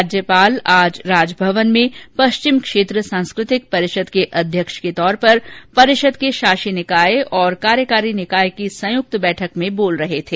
राज्यपाल आज राजभवन में पश्चिम क्षेत्र सांस्कृतिक परिषद के अध्यक्ष के तौर पर परिषद के शाषी निकाय और कार्यकारी निकाय की संयुक्त बैठक को संबोधित कर रहे थे